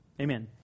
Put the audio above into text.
Amen